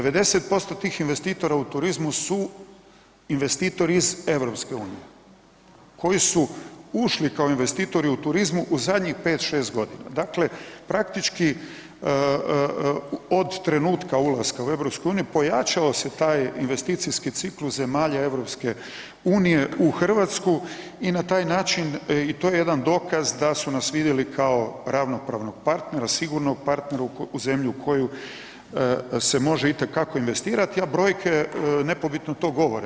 90% tih investitora u turizmu su investitori iz EU-a koji su ušli kao investitori u turizmu u zadnjih 5, 6 g., dakle praktički od trenutka ulaska u EU, pojačao se taj investicijski ciklus zemalja EU-a u Hrvatsku i na taj način i to je jedan dokaz da su nas vidjeli kao ravnopravnog partnera, sigurnog partnera, u zemlju u koju se može itekako investirati a brojke nepobitno to govore.